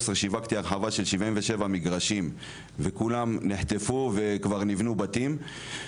שיווקתי הרחבה של 77 מגרשים וכולם נחטפו וכבר נבנו בתים,